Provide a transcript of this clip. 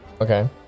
okay